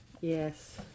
Yes